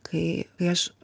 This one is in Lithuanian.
kai kai aš